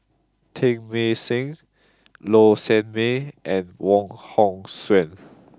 Teng Mah Seng Low Sanmay and Wong Hong Suen